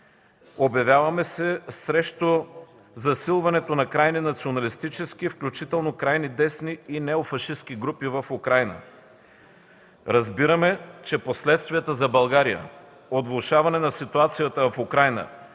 Обявяваме се срещу засилването на крайни националистически, включително крайни десни и неофашистки групи в Украйна. Разбираме, че последствията за България от влошаването на ситуацията в Украйна